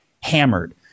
hammered